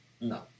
No